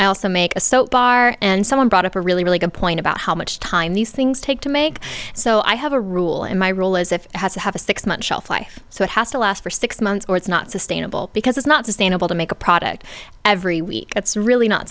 i also make a soap bar and someone brought up a really really good point about how much time these things take to make so i have a rule in my role as if it has to have a six month shelf life so it has to last for six months or it's not sustainable because it's not sustainable to make a product every week that's really not